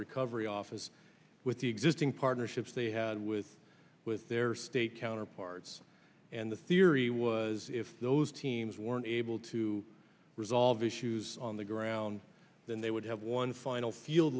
recovery office with the existing partnerships they had with with their state counterparts and the theory was if those teams weren't able to resolve issues on the ground then they would have one final field